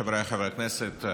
חבריי חברי הכנסת,